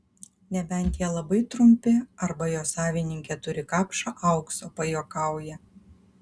nebent jie labai trumpi arba jo savininkė turi kapšą aukso pajuokauja